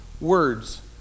words